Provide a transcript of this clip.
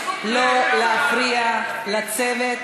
אבל לא בצורה כזאת,